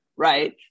Right